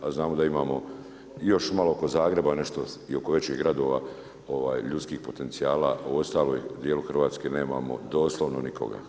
A znamo da imamo još malo oko Zagreba nešto i oko većih gradova ljudskih potencijala, u ostalom dijelu Hrvatske nemamo doslovno nikoga.